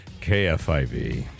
KFIV